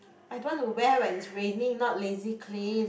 I don't want to wear when it's raining not lazy clean